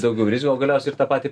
daugiau rizikų o galiausiai ir tą patį